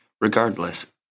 Regardless